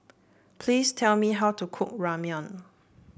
please tell me how to cook Ramyeon